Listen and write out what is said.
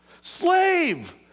Slave